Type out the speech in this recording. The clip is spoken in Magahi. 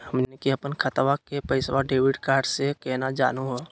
हमनी के अपन खतवा के पैसवा डेबिट कार्ड से केना जानहु हो?